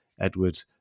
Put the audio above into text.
Edward